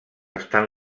estan